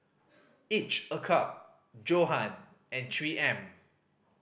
Each a Cup Johan and Three M